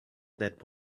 that